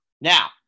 Now